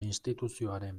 instituzioaren